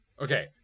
Okay